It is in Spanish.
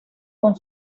con